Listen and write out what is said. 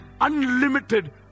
Unlimited